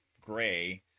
gray